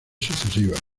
sucesivas